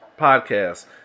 podcast